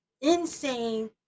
insane